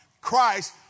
Christ